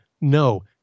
no